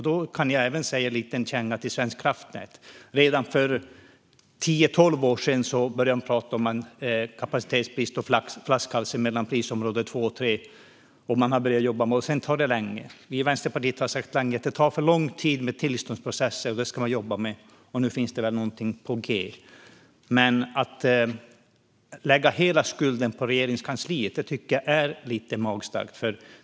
Där kan jag även ge en liten känga till Svenska kraftnät: Redan för tio tolv år sedan började de prata om kapacitetsbrist och flaskhalsar mellan prisområde 2 och 3, men sedan har det tagit lång tid. Vi i Vänsterpartiet har länge sagt att det tar för lång tid med tillståndsprocesser. Det ska man jobba med, och nu finns det väl någonting på g. Men att lägga hela skulden på Regeringskansliet tycker jag är lite magstarkt.